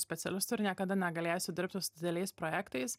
specialistu ir niekada negalėsiu dirbti su dideliais projektais